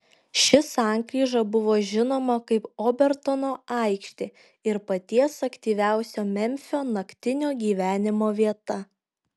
ši sankryža buvo žinoma kaip obertono aikštė ir paties aktyviausio memfio naktinio gyvenimo vieta